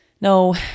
no